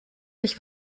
sich